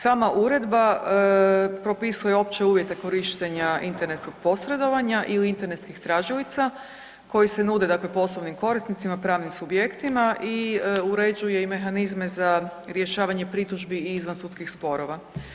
Sama uredba propisuje opće uvjete korištenja internetskog posredovanja ili internetskih tražilica koji se nude, dakle poslovnim korisnicima, pravnim subjektima i uređuje i mehanizme za rješavanje pritužbi i izvansudskih sporova.